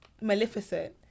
Maleficent